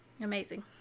amazing